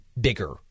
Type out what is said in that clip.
bigger